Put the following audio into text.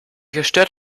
gestört